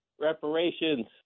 Reparations